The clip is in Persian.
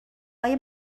های